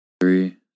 Three